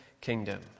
kingdom